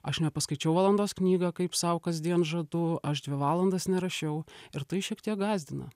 aš nepaskaičiau valandos knygą kaip sau kasdien žadu aš dvi valandas nerašiau ir tai šiek tiek gąsdina